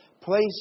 place